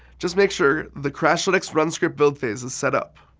just make sure the crashlytics run script build phase is set up.